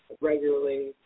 regularly